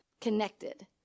connected